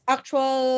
Actual